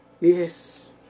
Yes